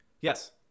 Yes